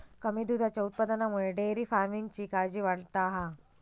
कमी दुधाच्या उत्पादनामुळे डेअरी फार्मिंगची काळजी वाढता हा